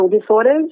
disorders